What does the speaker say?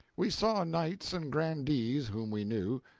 we saw knights and grandees whom we knew,